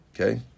Okay